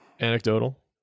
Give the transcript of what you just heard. anecdotal